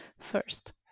first